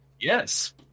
Yes